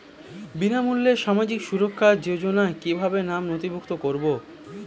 বিনামূল্যে সামাজিক সুরক্ষা যোজনায় কিভাবে নামে নথিভুক্ত করবো?